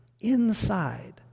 inside